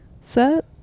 set